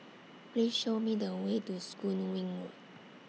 Please Show Me The Way to Soon Wing Road